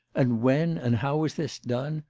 and when and how was this done?